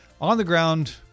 on-the-ground